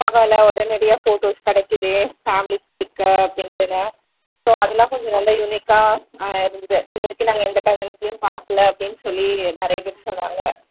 பரவாயில்ல உடனடியா ஃபோட்டோஸ் கிடைக்குதே ஃபேமிலி பிக்கு அப்படின்ட்டுன்னு ஸோ அதெலாம் கொஞ்சம் நல்ல யுனிக்காக இருந்தது இது வரைக்கும் நாங்கள் எந்த கல்யாணத்துலேயும் பார்க்கல அப்படின்னு சொல்லி நிறைய பேர் சொன்னாங்க